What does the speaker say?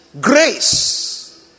grace